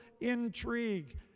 intrigue